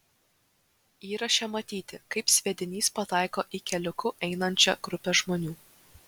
įraše matyti kaip sviedinys pataiko į keliuku einančią grupę žmonių